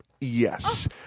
yes